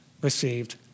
received